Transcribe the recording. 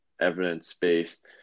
evidence-based